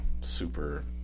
super